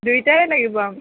দুয়োটাই লাগিব